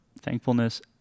thankfulness